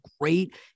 great